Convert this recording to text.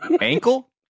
Ankle